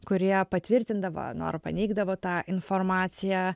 kurie patvirtindavo nu ar paneigdavo tą informaciją